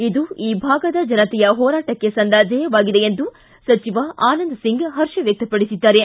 ಇದು ಈ ಭಾಗದ ಜನತೆಯ ಹೋರಾಟಕ್ಕೆ ಸಂದ ಜಯವಾಗಿದೆ ಎಂದು ಸಚಿವ ಆನಂದ್ ಸಿಂಗ್ ಹರ್ಷ ವ್ವಕ್ಪಡಿಸಿದ್ದಾರೆ